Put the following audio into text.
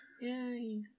Yay